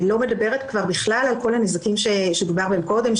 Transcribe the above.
אני כבר לא מדברת על כל הנזקים שדובר בהם קודם,